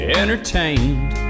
entertained